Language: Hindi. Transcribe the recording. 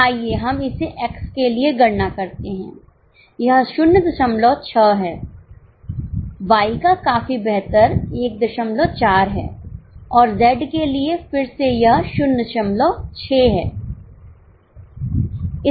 तो आइए हम इसे X के लिए गणना करते हैं यह 06 है Y का काफी बेहतर 14 है और Z के लिए फिर सेयह 06 है